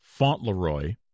Fauntleroy